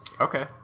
Okay